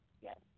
Yes